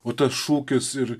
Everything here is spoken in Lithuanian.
o tas šūkis ir